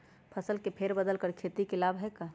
फसल के फेर बदल कर खेती के लाभ है का?